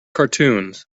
cartoons